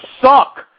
suck